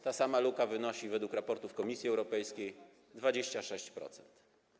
Ta sama luka wynosi według raportów Komisji Europejskiej 26%.